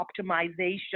optimization